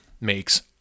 makes